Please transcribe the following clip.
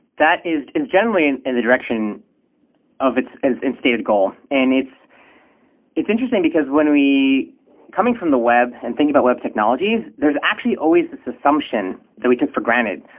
that is is generally in and the direction of its its instated goal. and it's interesting, because when we coming from the web and think about web technologies, there's actually always this assumption that we took for granted.